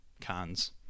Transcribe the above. cons